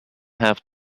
have